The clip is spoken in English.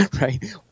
Right